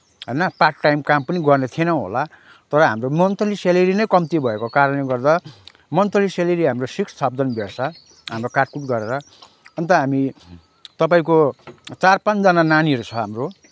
होइन part time काम पनि गर्ने थिएनौँ होला तर हाम्रो मन्थली स्यालेरी नै कम्ती भएको कारणले गर्दा मन्थली स्यालेरी हाम्रो सिक्स थाउजन्ड भेट्छ हाम्रो काटकुट गरेर अन्त हामी तपाईँको चार पाँचजना नानीहरू छ हाम्रो